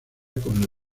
con